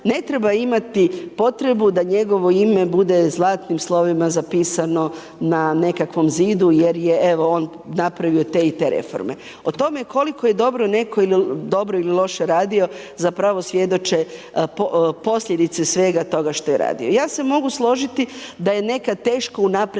ne treba imati potrebu da njegovo ime bude zlatnim slovima zapisano na nekakvom zidu jer je evo on napravio te i te reforme. O tome koliko je dobro neko dobro ili loše radio zapravo svjedoče posljedice svega toga što je radio. Ja se mogu složiti da je nekad teško u naprijed